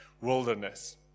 wilderness